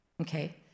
okay